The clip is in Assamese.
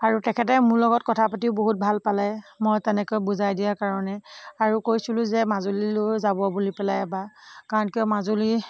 আৰু তেখেতে মোৰ লগত কথা পাতিও বহুত ভাল পালে মই তেনেকৈ বুজাই দিয়াৰ কাৰণে আৰু কৈছিলোঁ যে মাজুলীলৈয়ো যাব বুলি পেলাই এবাৰ কাৰণ কিয় মাজুলী